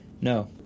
No